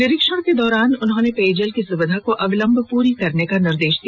निरीक्षण के दौरान उन्होंने पेयजल की सुविधा को अविलंब पूरा करने का निर्देश दिया